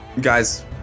guys